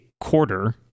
quarter